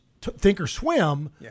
Thinkorswim